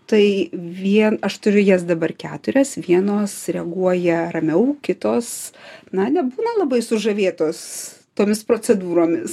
tai vien aš turiu jas dabar keturias vienos reaguoja ramiau kitos na nebūna labai sužavėtos tomis procedūromis